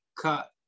cut